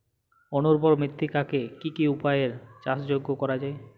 অনুর্বর মৃত্তিকাকে কি কি উপায়ে চাষযোগ্য করা যায়?